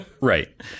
Right